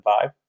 five